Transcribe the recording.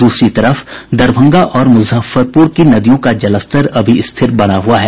इसी तरह दरभंगा और मुजफ्फरपुर की नदियों का जलस्तर अभी स्थिर बना हुआ है